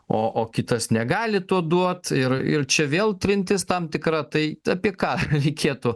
o o kitas negali to duot ir ir čia vėl trintis tam tikra tai apie ką reikėtų